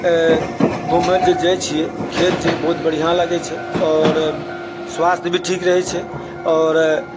घुमै जे जाइत छिऐ खेत जे बहुत बढ़िआँ लागै छै आओर स्वास्थ्य भी ठीक रहैत छै आओर